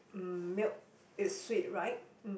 milk is sweet right